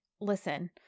listen